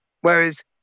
Whereas